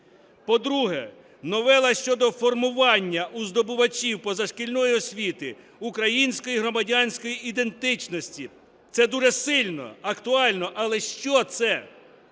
По-друге, новела щодо формування у здобувачів позашкільної освіти української громадянської ідентичності, це дуже сильно, актуально, але що це?